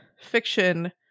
fiction